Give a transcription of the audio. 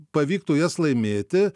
pavyktų jas laimėti